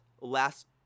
Last